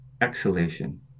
exhalation